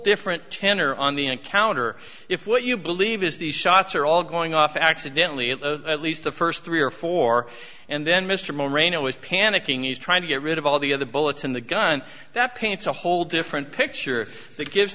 different tenor on the encounter if what you believe is these shots are all going off accidentally at least the first three or four and then mr moreno is panicking he's trying to get rid of all the other bullets in the gun that paints a whole different picture if it gives